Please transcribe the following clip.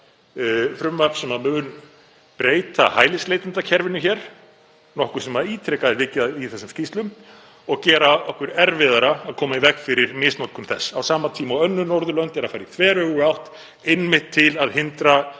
frumvarp sem mun breyta hælisleitendakerfinu hér, nokkuð sem ítrekað er vikið að í þessum skýrslum, og gera okkur erfiðara að koma í veg fyrir misnotkun þess, á sama tíma og önnur Norðurlönd eru að fara í þveröfuga átt einmitt til að hindra